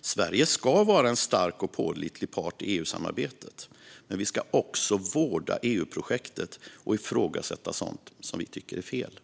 Sverige ska vara en stark och pålitlig part i EU-samarbetet, men vi ska också vårda EU-projektet och ifrågasätta sådant som vi tycker är fel.